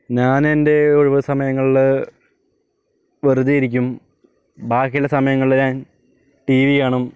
ഞാനെൻറെ ഒഴിവുസമയങ്ങളിൽ വെറുതെ ഇരിക്കും ബാക്കിയുള്ള സമയങ്ങളിൽ ഞാൻ ടിവി കാണും